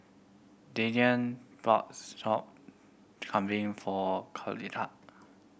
Dylan bought Sop Kambing for